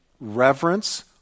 reverence